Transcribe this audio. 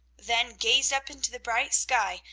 then gazed up into the bright sky,